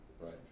Right